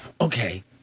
Okay